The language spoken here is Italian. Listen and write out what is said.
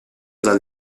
dal